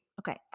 Okay